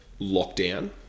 lockdown